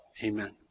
Amen